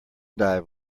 dive